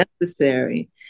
necessary